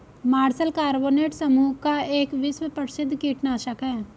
martial carbonate समूह का एक विश्व प्रसिद्ध कीटनाशक है